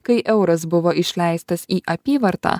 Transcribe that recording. kai euras buvo išleistas į apyvartą